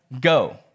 go